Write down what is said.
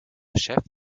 chef